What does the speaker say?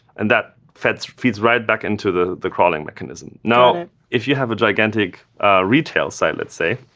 and that feeds feeds right back into the the crawling mechanism. now, if you have a gigantic retail site, let's say,